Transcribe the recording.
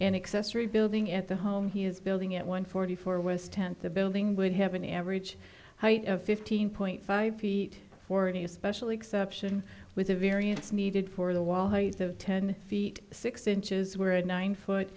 and accessory building at the home he is building at one forty four west tenth the building would have an average height of fifteen point five feet forty especially exception with a variance needed for the wall height of ten feet six inches where a nine foot